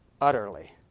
Utterly